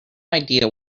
idea